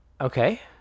Okay